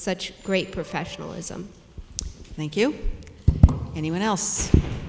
such great professionalism thank you anyone else